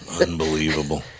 Unbelievable